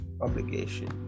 Obligation